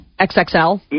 XXL